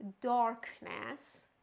darkness